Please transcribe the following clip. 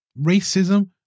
Racism